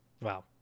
Wow